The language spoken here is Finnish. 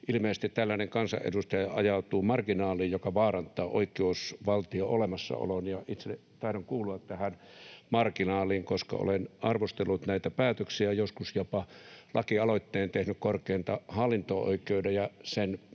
ilmeisesti tällainen kansanedustaja ajautuu marginaaliin, mikä vaarantaa oikeusvaltion olemassaolon. Itse taidan kuulua tähän marginaaliin, koska olen arvostellut näitä päätöksiä, joskus jopa lakialoitteen tehnyt korkeinta hallinto-oikeutta ja sen